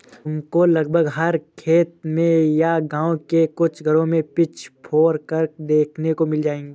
तुमको लगभग हर खेत में या गाँव के कुछ घरों में पिचफोर्क देखने को मिल जाएगा